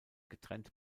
getrennt